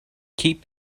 keep